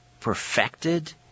perfected